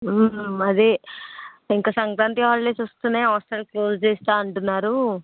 అదే ఇంకా సంక్రాంతి హాలిడేస్ వస్తున్నాయి హాస్టల్ క్లోస్ చేస్తా అంటున్నారు